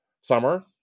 summer